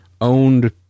owned